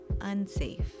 unsafe